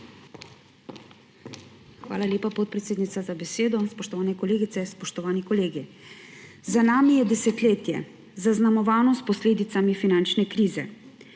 Hvala lepa, podpredsednica, za besedo. Spoštovane kolegice, spoštovani kolegi! Za nami je desetletje, zaznamovano s posledicami finančne krize.